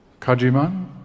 Kajiman